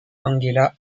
angela